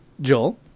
Joel